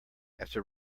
after